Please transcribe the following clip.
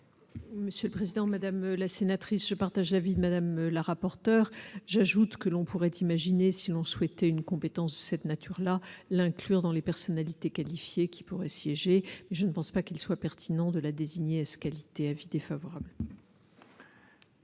Monsieur le président, madame la sénatrice, je partage l'avis de Madame la rapporteure, j'ajoute que l'on pourrait imaginer, sinon souhaiter une compétence cette nature-là l'inclure dans les personnalités qualifiées qui pourraient siéger je ne pense pas qu'il soit pertinent de la désigner es-qualité avis défavorable.